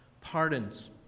pardons